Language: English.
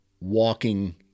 walking